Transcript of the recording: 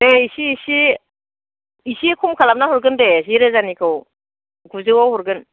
एह इसे इसे इसे खम खालामना हरगोन दे से रोजानिखौ गुजौआव हरगोन